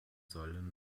sollen